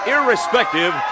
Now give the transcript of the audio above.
Irrespective